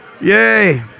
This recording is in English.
Yay